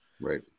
Right